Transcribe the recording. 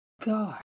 god